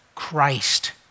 Christ